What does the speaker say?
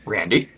Randy